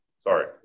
Sorry